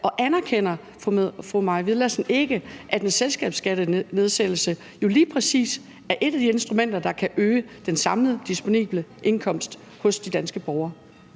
Og anerkender fru Mai Villadsen ikke, at en selskabsskattenedsættelse jo lige præcis er et af de instrumenter, der kan øge den samlede disponible indkomst hos de danske borgere?